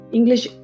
English